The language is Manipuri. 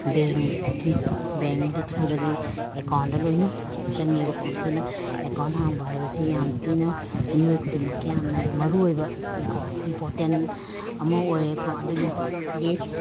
ꯕꯦꯡꯒꯤ ꯕꯦꯡꯒꯤ ꯊ꯭ꯔꯨꯗꯒꯤ ꯑꯦꯀꯥꯎꯟꯗ ꯂꯣꯏꯅ ꯆꯪꯉꯦꯕꯀꯣ ꯑꯗꯨꯅ ꯑꯦꯀꯥꯎꯟ ꯍꯥꯡꯕ ꯍꯥꯏꯕꯁꯤ ꯌꯥꯝ ꯊꯤꯅ ꯃꯤꯑꯣꯏ ꯈꯨꯗꯤꯡꯃꯛꯀꯤ ꯌꯥꯝꯅ ꯃꯔꯨ ꯑꯣꯏꯕꯅꯤꯀꯣ ꯏꯝꯄꯣꯔꯇꯦꯟ ꯑꯃ ꯑꯣꯏꯔꯦꯀꯣ ꯑꯗꯨꯒꯤ ꯒꯤ